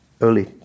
early